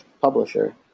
Publisher